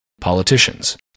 politicians